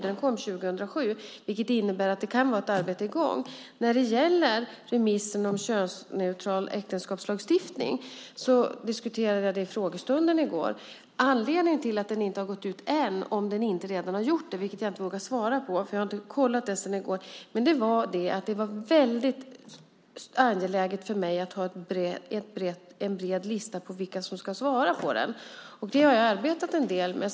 Den kom 2007, vilket innebär att det kan vara ett arbete i gång. Remissen om könsneutral äktenskapslagstiftning diskuterade jag under frågestunden i går. Anledningen till att den inte har gått ut än, om den inte redan har gjort det, vilket jag inte vågar svara på för jag har inte kollat det sedan i går, är att det har varit väldigt angeläget för mig att ha en bred lista över vilka som ska svara på den. Det har jag arbetat en del med.